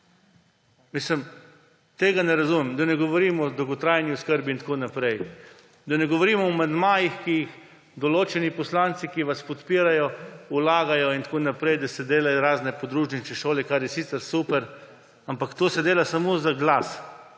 Tega ne razumem. Da ne govorim o dolgotrajni oskrbi in tako naprej. Da ne govorim o amandmajih, ki jih določeni poslanci, ki vas podpirajo, vlagajo in tako naprej, da se delajo razne podružnične šole, kar je sicer super, ampak to se dela samo za glas,